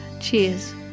cheers